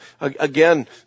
again